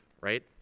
right